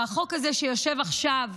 והחוק הזה שיושב עכשיו,